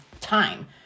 time